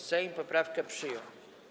Sejm poprawkę przyjął.